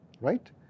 right